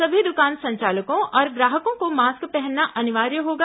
सभी दुकान संचालकों और ग्राहकों को मास्क पहनना अनिवार्य होगा